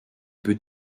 peut